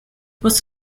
was